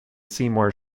seymour